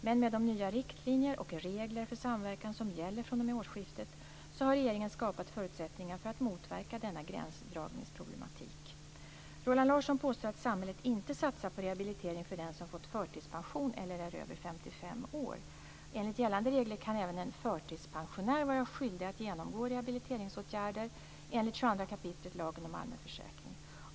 Men med de nya riktlinjer och regler för samverkan som gäller fr.o.m. årsskiftet har regeringen skapat förutsättningar för att motverka denna gränsdragningsproblematik. Roland Larsson påstår att samhället inte satsar på rehabilitering för den som fått förtidspension eller är över 55 år. Enligt gällande regler kan även en förtidspensionär vara skyldig att genomgå rehabiliteringsåtgärder enligt 22 kap. lagen om allmän försäkring.